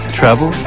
travel